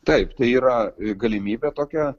taip tai yra galimybė tokia